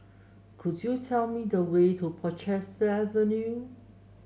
could you tell me the way to Portchester Avenue